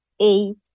eight